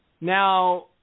Now